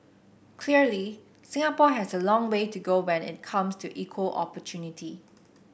clearly Singapore has a long way to go when it comes to equal opportunity